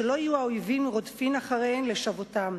שלא יהיו האויבים רודפין אחריהם לשבותם,